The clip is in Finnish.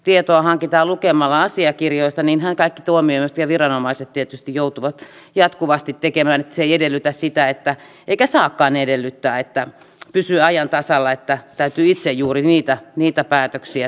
tietoa hankitaan lukemalla asiakirjoista niinhän kaikki viranomaiset tietysti joutuvat jatkuvasti tekemään niin että se että pysyy ajan tasalla ei edellytä eikä saakaan edellyttää sitä että täytyy itse juuri niitä päätöksiä tehdä